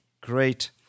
great